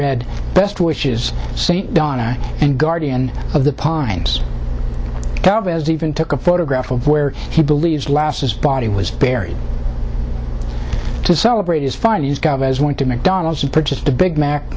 read best which is saint donna and guardian of the pines county has even took a photograph of where he believes last his body was buried to celebrate his find these guys went to mcdonald's and purchased a big